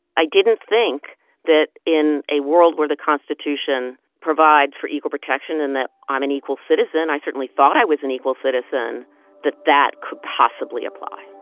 i didn't think that in a world where the constitution provides for equal protection and that i'm an equal citizen i certainly thought i was an equal citizen that that could possibly apply.